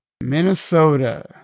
Minnesota